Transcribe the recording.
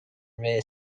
rear